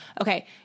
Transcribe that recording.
okay